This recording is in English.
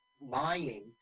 lying